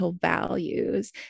values